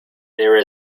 there